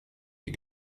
you